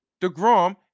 DeGrom